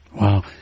Wow